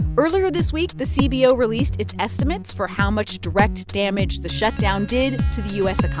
earlier this week, the cbo released its estimates for how much direct damage the shutdown did to the u s.